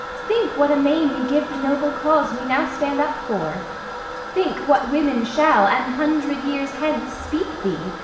think what a maim you give the noble cause we now stand up for think what women shall, an hundred years hence, speak thee,